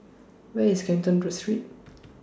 Where IS Canton Street